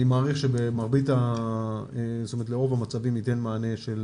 אני מעריך שלרוב המצבים ייתן מענה של